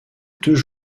deux